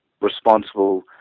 responsible